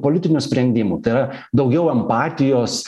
politinių sprendimų tai yra daugiau empatijos